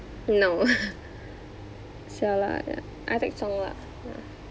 no 小辣 ya I take 中辣